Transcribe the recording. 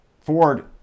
Ford